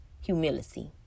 humility